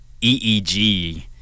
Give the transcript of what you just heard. EEG